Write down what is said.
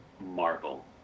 Marvel